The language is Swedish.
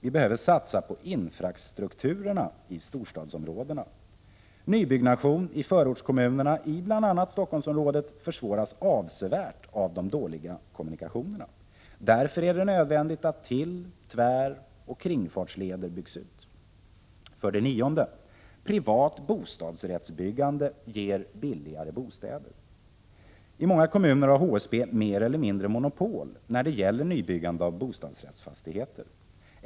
Vi behöver satsa på infrastrukturerna i storstadsområdena. Nybyggnation i förortskommunerna i bl.a. Stockholmsområdet försvåras avsevärt av de dåliga kommunikationerna. Därför är det nödvändigt att till-, tväroch kringfartsleder byggs ut. I många kommuner har HSB mer eller mindre monopol på nybyggande av bostadsrättsfastigheter.